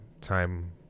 time